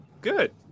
good